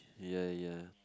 ya ya